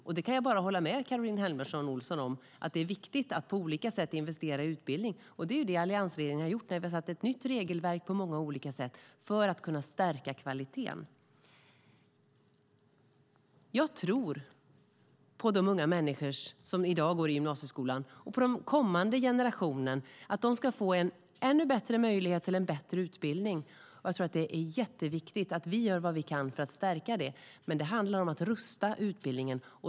Jag kan bara hålla med Caroline Helmersson Olsson om att det är viktigt att på olika sätt investera i utbildning, och det är det alliansregeringen har gjort. Man har satt ett nytt regelverk på många olika sätt för att kunna stärka kvaliteten. Jag tror på att både de unga människor som i dag går i gymnasieskolan och den kommande generationen ska få en ännu bättre möjlighet till bättre utbildning. Jag tror att det är jätteviktigt att vi gör vad vi kan för att stärka det, men det handlar om att rusta utbildningen.